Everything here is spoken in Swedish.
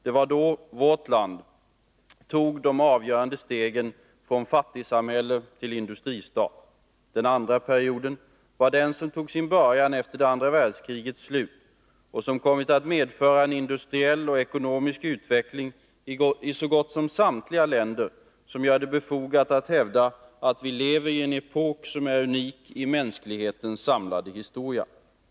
Det var då vårt land tog de avgörande stegen från fattigsamhälle till industristat. Den andra perioden var den som tog sin början efter det andra världskrigets slut och som i så gott som samtliga länder kommit att medföra en industriell och ekonomisk utveckling som gör det befogat att hävda att vi lever i en epok som är unik i mänsklighetens samlade historia.